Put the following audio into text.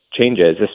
changes